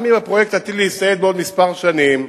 גם אם הפרויקט עתיד להסתיים בעוד כמה שנים,